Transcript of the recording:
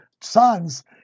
sons